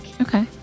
Okay